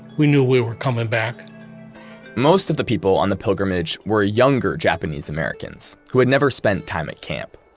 we knew we were coming back most of the people on the pilgrimage were ah younger japanese americans who had never spent time at camp